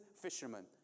fishermen